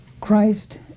Christ